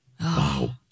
Wow